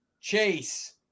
Chase